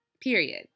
period